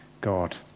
God